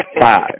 Five